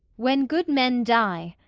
when good men die,